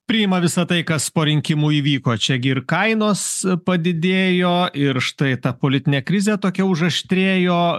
priima visa tai kas po rinkimų įvyko čia gi ir kainos padidėjo ir štai ta politinė krizė tokia užaštrėjo